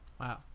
Wow